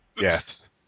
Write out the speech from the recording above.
Yes